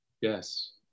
yes